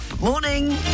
Morning